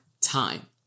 time